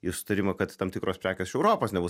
į sutarimą kad tam tikros prekės iš europos nebus